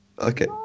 okay